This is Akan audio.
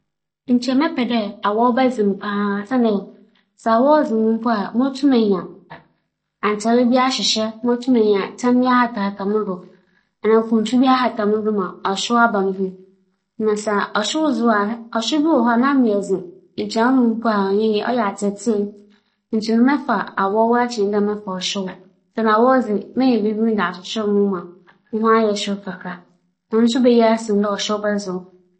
Mebɛpɛ dɛ awͻw bɛdze me paa kyɛn dɛ ͻhyew bɛdze me paa siantsir nye dɛ, ͻhyew yɛ adze bi a sɛ ͻto wo a, woho nyinara nyaa nyaa wo. Otum so ma nyarba nyarba bi tse dɛ adze egugu wo ho na adze na awͻw dze, no ho akwan yɛ beberee. Ibotum eguar nsuhyew, ibotum dze kuntu bi akyekyer wo ho, ibotum ahyɛ ntar abobͻ do, ibotum asͻ gya mpo atsena ho mbom ͻhyew dze ͻyɛ a no ho akwan no nndͻͻso dɛm.